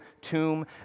tomb